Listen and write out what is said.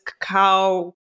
cacao